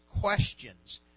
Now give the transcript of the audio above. questions